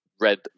red